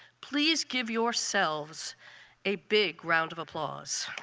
please give yourselves a big round of applause.